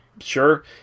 Sure